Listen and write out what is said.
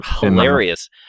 hilarious